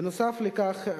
נוסף על כך,